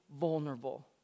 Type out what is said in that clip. vulnerable